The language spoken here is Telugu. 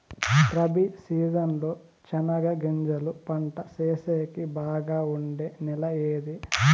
రబి సీజన్ లో చెనగగింజలు పంట సేసేకి బాగా ఉండే నెల ఏది?